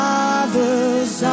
Father's